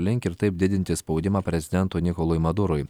link ir taip didinti spaudimą prezidento nikolui madurui